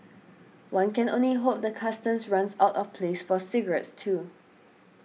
one can only hope the Customs runs out of place for cigarettes too